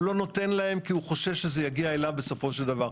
הוא לא נותן להם כי הוא חושש שזה יגיע אליו בסופו של דבר.